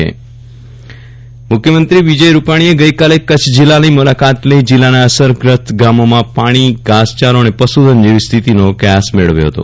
વિરલ રાણા મુખ્યમંત્રીની કચ્છ મુલાકાત મુખ્યમંત્રી વિજય રૂપાણીએ ગઈકાલે કચ્છ જિલ્લાની મુલાકાત લઇ જિલ્લાના અછતગ્રસ્ત ગામોમાં પાણી ઘાસચારો અને પશુધન જેવી સ્થિતિનો કયાસ મેળવ્યો હતો